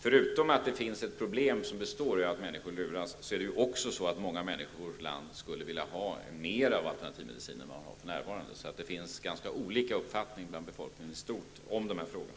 Förutom att det finns ett problem som består i att människor luras är det också så att många människor ibland vill ha mer av alternativ medicin än för närvarande. Det finns alltså olika uppfattningar bland befolkningen i stort om dessa frågor.